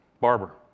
barber